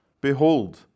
Behold